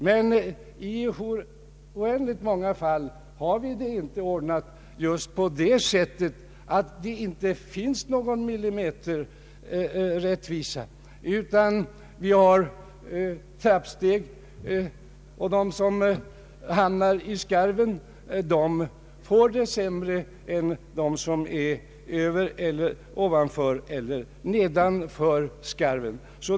Till det kan sägas att vi ju på ett mycket stort antal områden har det så ordnat att det inte finns någon millimeterrättvisa, utan vi har trappsteg, och de som hamnar i skarven får det sämre än de som befinner sig ovanför eller nedanför skarven.